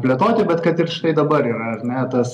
plėtoti bet kad ir štai dabar yra ar ne tas